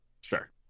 Sure